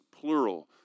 plural